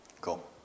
Cool